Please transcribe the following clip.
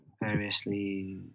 variously